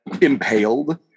impaled